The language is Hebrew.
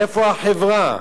איפה החברה?